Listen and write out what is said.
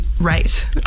right